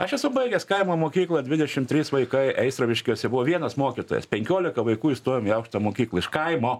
aš esu baigęs kaimo mokyklą dvidešim trys vaikai eisraviškiuose buvo vienas mokytojas penkiolika vaikų įstojom į aukštąją mokyklą iš kaimo